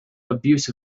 abuse